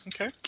Okay